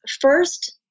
first